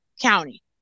county